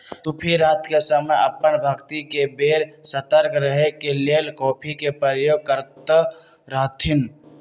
सूफी रात के समय अप्पन भक्ति के बेर सतर्क रहे के लेल कॉफ़ी के प्रयोग करैत रहथिन्ह